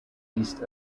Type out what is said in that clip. east